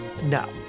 No